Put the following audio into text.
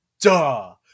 duh